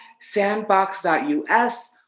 sandbox.us